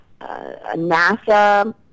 NASA